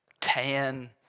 tan